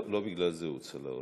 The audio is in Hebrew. לא בגלל זה הוא הוצא להורג.